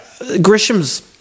Grisham's